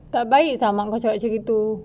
tak baik mak kau cakap macam itu